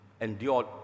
endured